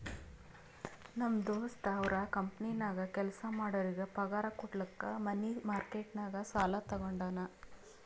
ನಮ್ ದೋಸ್ತ ಅವ್ರ ಕಂಪನಿನಾಗ್ ಕೆಲ್ಸಾ ಮಾಡೋರಿಗ್ ಪಗಾರ್ ಕುಡ್ಲಕ್ ಮನಿ ಮಾರ್ಕೆಟ್ ನಾಗ್ ಸಾಲಾ ತಗೊಂಡಾನ್